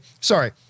sorry